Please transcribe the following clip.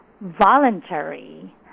voluntary